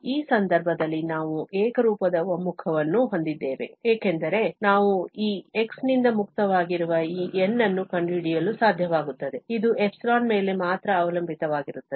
ಆದ್ದರಿಂದ ಈ ಸಂದರ್ಭದಲ್ಲಿ ನಾವು ಏಕರೂಪದ ಒಮ್ಮುಖವನ್ನು ಹೊಂದಿದ್ದೇವೆ ಏಕೆಂದರೆ ನಾವು x ನಿಂದ ಮುಕ್ತವಾಗಿರುವ ಈ N ಅನ್ನು ಕಂಡುಹಿಡಿಯಲು ಸಾಧ್ಯವಾಗುತ್ತದೆ ಇದು ϵ ಮೇಲೆ ಮಾತ್ರ ಅವಲಂಬಿತವಾಗಿರುತ್ತದೆ